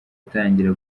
atangira